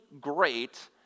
great